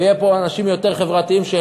ויהיו פה אנשים יותר חברתיים בממשלה,